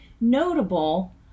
notable